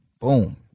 Boom